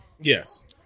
Yes